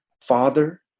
father